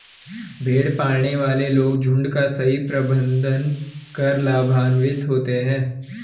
भेड़ पालने वाले लोग झुंड का सही प्रबंधन कर लाभान्वित होते हैं